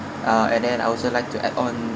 uh and then I also like to add on